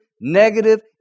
negative